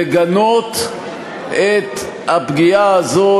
לגנות את הפגיעה הזאת,